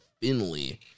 Finley